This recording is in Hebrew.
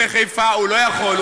ובחיפה, הוא לא יכול.